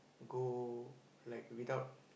go like without